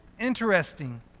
interesting